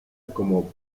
como